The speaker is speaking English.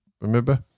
remember